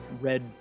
red